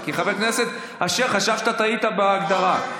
חבר הכנסת אשר, חשבת, טעית בהגדרה.